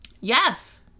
yes